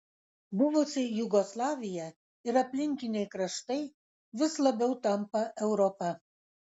buvusi jugoslavija ir aplinkiniai kraštai vis labiau tampa europa